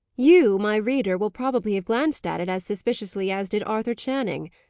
you, my reader, will probably have glanced at it as suspiciously as did arthur channing.